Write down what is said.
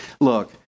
look